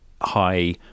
high